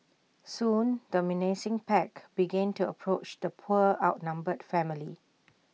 soon the menacing pack began to approach the poor outnumbered family